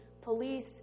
police